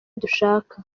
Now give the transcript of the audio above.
dushaka